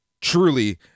truly